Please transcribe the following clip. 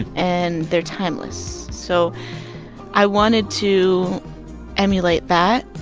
and they're timeless. so i wanted to emulate that,